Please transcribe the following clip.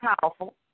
powerful